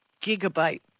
gigabyte